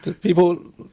people